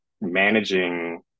managing